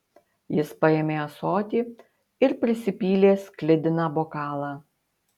jis paėmė ąsotį ir prisipylė sklidiną bokalą